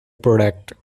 product